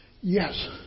yes